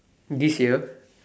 this year